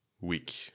week